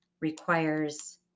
requires